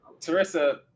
Teresa